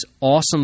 awesome